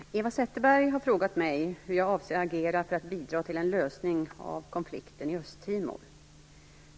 Herr talman! Eva Zetterberg har frågat mig hur jag avser att agera för att bidra till en lösning av konflikten i Östtimor.